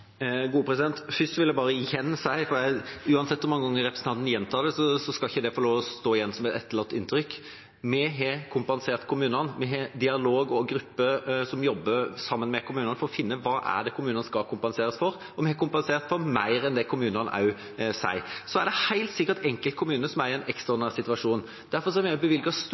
vil jeg bare si igjen at uansett hvor mange ganger representanten gjentar det, skal det ikke få lov til å stå igjen som et etterlatt inntrykk: Vi har kompensert kommunene. Vi har dialog og grupper som jobber sammen med kommunene for å finne hva det er kommunene skal kompenseres for, og vi har kompensert for mer enn det kommunene sier. Så er det helt sikkert enkelte kommuner som er i en ekstraordinær situasjon. Derfor har vi bevilget store deler av midlene som skjønnsmidler, slik at Statsforvalteren kan bevilge